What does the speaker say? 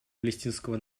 палестинского